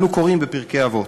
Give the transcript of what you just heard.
אנו קוראים בפרקי אבות.